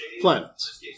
Planets